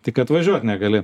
tik kad važiuot negali